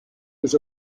was